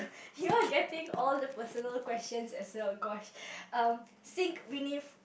here getting all the personal questions as well gosh um think beneath